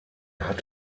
hat